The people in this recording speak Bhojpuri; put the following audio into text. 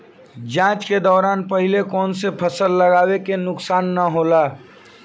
जाँच के दौरान पहिले कौन से फसल लगावे से नुकसान न होला?